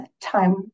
time